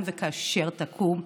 אם וכאשר תקום,